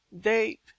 date